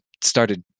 started